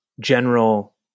general